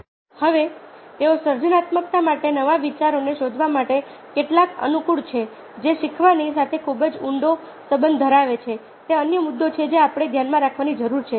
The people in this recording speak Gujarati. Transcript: હવે તેઓ સર્જનાત્મકતા માટે નવા વિચારને શોધવા માટે કેટલા અનુકૂળ છે જે શીખવાની સાથે ખૂબ જ ઊંડો સંબંધ ધરાવે છે તે અન્ય મુદ્દો છે જે આપણે ધ્યાનમાં રાખવાની જરૂર છે